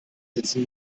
sitzen